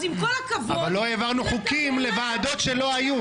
אבל לא העברנו חוקים לוועדות שלא היו.